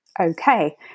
okay